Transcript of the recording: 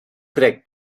crec